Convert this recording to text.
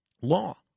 law